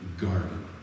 garden